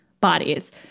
bodies